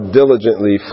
diligently